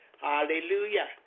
Hallelujah